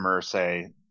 say